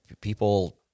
people